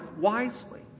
wisely